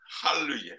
hallelujah